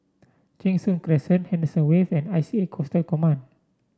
Cheng Soon Crescent Henderson Wave and I C A Coastal Command